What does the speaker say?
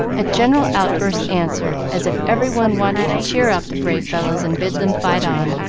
a general outburst answered, as if every one wanted to cheer up the brave fellows and bid them fight on,